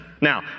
Now